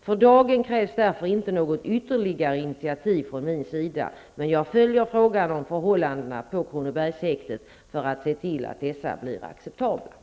För dagen krävs därför inte något ytterligare initiativ från min sida, men jag följer frågan om förhållandena på Kronobergshäktet för att se till att dessa blir acceptabla.